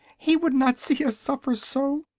he would not see us suffer so.